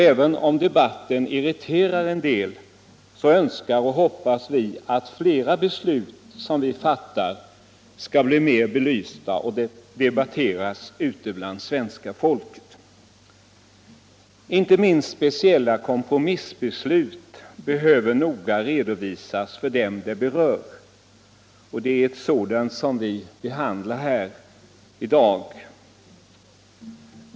Även om debatten irriterar en del, önskar och hoppas vi att flera beslut som vi fattar skall bli mer belysta och debatterade ute bland svenska folket. Inte minst speciella kompromissbeslut behöver noga redovisas för dem de berör. Det är ett sådant förslag till kompromiss som vi behandlar i dag.